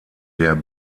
der